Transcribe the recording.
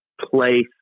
place